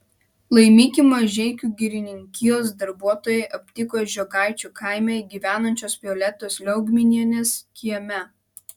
laimikį mažeikių girininkijos darbuotojai aptiko žiogaičių kaime gyvenančios violetos liaugminienės kieme